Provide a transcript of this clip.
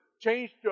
changed